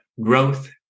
growth